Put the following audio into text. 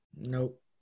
Nope